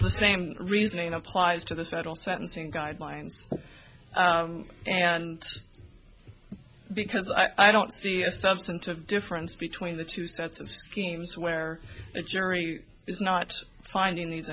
same reasoning applies to the federal sentencing guidelines and because i don't see a substantive difference between the two sets of schemes where the jury is not finding these